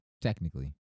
technically